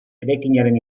eraikinaren